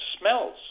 smells